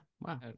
Wow